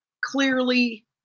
clearly